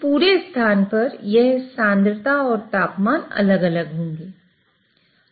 तो पूरे स्थान पर यह सांद्रता और तापमान अलग अलग होंगे